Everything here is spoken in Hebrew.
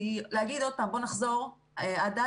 כי להגיד עוד פעם: בואו נחזור עד כיתות